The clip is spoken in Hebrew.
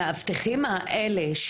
המאבטחים האלה,